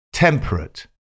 temperate